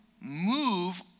move